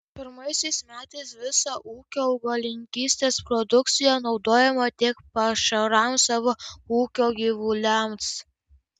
pirmaisiais metais visa ūkio augalininkystės produkcija naudojama tik pašarams savo ūkio gyvuliams